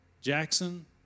Jackson